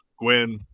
Gwen